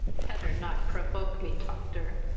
petter not provoke me, toctor.